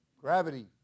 Gravity